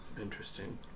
interesting